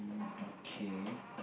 okay